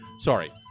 Sorry